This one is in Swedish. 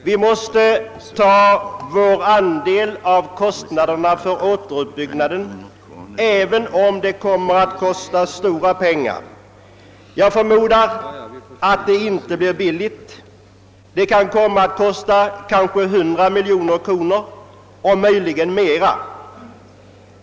Vi måste ta vår andel av kostnaderna för återuppbyggnaden, även om denna andel kommer att bli stor. Jag förmodar att det inte blir billigt — det kan komma att kosta 100 miljoner kronor och möjligen mera.